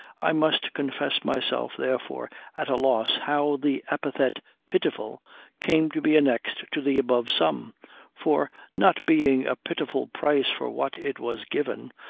i must confess myself therefore at a loss how the epithet pitiful came to be annexed to the above sum for, not being a pitiful price for what it was given,